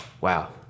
wow